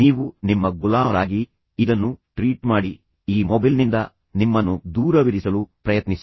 ನೀವು ನಿಮ್ಮ ಗುಲಾಮರಾಗಿ ಇದನ್ನು ಟ್ರೀಟ್ ಮಾಡಿ ಈ ಮೊಬೈಲ್ನಿಂದ ನಿಮ್ಮನ್ನು ದೂರವಿರಿಸಲು ಪ್ರಯತ್ನಿಸಿ